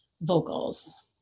vocals